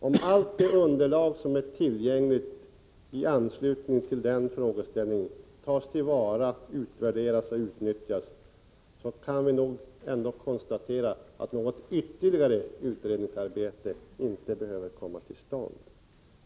Om allt det underlag som är tillgängligt i anslutning till den frågeställningen tas till vara, utvärderas och utnyttjas, så kan vi nog ändå konstatera att något ytterligare utredningsarbete inte behöver komma till stånd.